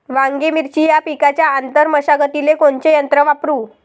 वांगे, मिरची या पिकाच्या आंतर मशागतीले कोनचे यंत्र वापरू?